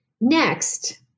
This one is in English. Next